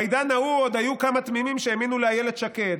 בעידן ההוא עוד היו כמה תמימים שהאמינו לאילת שקד.